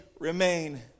remain